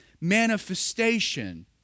manifestation